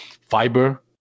fiber